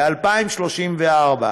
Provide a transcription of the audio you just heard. ב-2034.